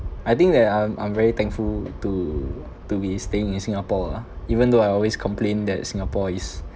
I think that I'm I'm very thankful to to be staying in singapore ah even though I always complain that singapore is